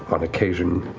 on occasion,